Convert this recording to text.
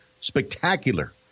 spectacular